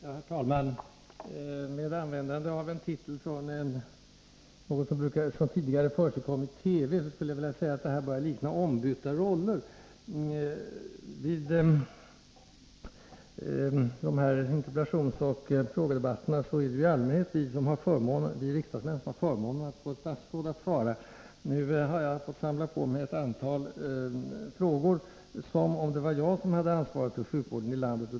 Herr talman! Med användande av en titel från något som tidigare förekommit i TV skulle jag vilja säga att det här börjar likna ”Ombytta roller”. Vid interpellationsoch frågedebatterna är det ju i allmänhet vi riksdagsmän som har förmånen att få svar från ett statsråd. Nu har jag fått samla på mig ett antal frågor som om det var jag som hade ansvaret för sjukvården i landet.